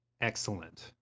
excellent